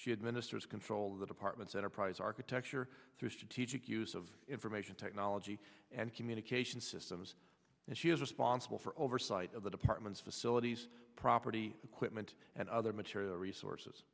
she had ministers control of the department's enterprise architecture through strategic use of information technology and communication systems and she is responsible for oversight of the department's facilities property equipment and other material resources